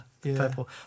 purple